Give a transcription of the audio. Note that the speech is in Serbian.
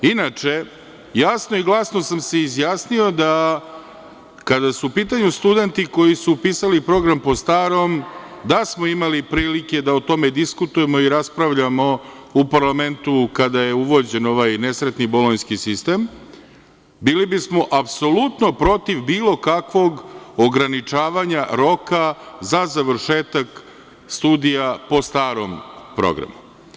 Inače, jasno i glasno sam se izjasnio da, kada su u pitanju studenti koji su upisali program po starom, da smo imali prilike da o tome diskutujemo i raspravljamo u parlamentu kada je uvođen ovaj nesretni Bolonjski sistem, bili bismo apsolutno protiv bilo kakvog ograničavanja roka za završetak studija po starom programu.